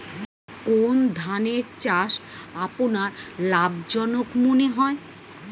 কোন ধানের চাষ আপনার লাভজনক মনে হয়?